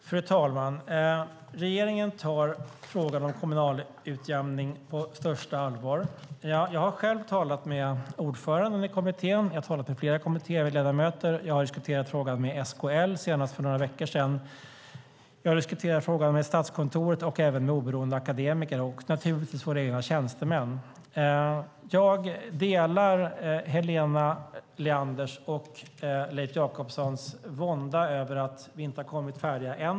Fru talman! Regeringen tar frågan om kommunal utjämning på största allvar. Jag har själv talat med ordföranden i kommittén, och jag har talat med flera kommittéledamöter. Jag har diskuterat frågan med SKL, senast för några veckor sedan. Jag har diskuterat frågan med Statskontoret, oberoende akademiker samt naturligtvis även våra egna tjänstemän. Jag delar Helena Leanders och Leif Jakobssons vånda över att vi inte har blivit färdiga än.